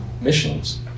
missions